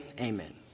amen